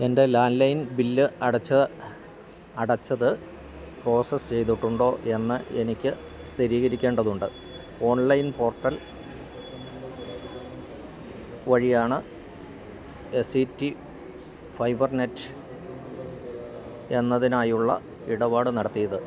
എൻ്റെ land line bill അടച്ചത് process ചെയ്തിട്ടുണ്ടോയെന്ന് എനിക്ക് സ്ഥിരീകരിക്കേണ്ടതുണ്ട് ഓൺലൈൻ പോർട്ടൽ വഴിയാണ് എ സി ടി ഫൈബർനെറ്റ് എന്നതിനായുള്ള ഇടപാട് നടത്തിയത്